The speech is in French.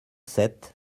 sept